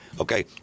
Okay